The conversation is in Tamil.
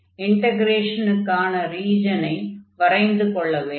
இன்டக்ரேஷனுக்கான ரீஜனை வரைந்து கொள்ள வேண்டும்